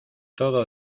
todo